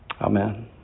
Amen